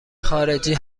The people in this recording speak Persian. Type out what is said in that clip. خارجی